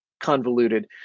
convoluted